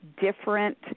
different